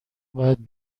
باید